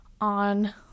on